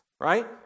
right